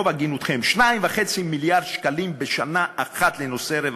ברוב הגינותכם: 2.5 מיליארד שקלים בשנה אחת לנושא הרווחה,